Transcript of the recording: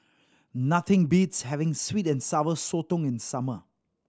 nothing beats having sweet and Sour Sotong in summer